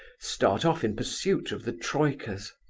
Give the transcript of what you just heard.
start off in pursuit of the troikas.